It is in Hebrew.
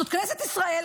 זאת כנסת ישראל,